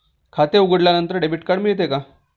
खाते उघडल्यानंतर debit card मिळते का?